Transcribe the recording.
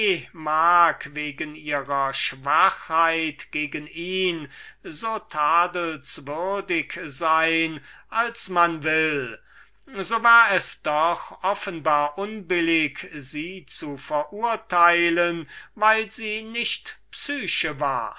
mag wegen ihrer schwachheit gegen unsern helden so tadelnswürdig sein als man will so war es doch offenbar unbillig sie zu verurteilen weil sie keine psyche war